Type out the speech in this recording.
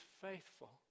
faithful